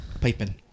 piping